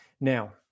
Now